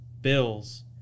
Bills